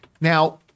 Now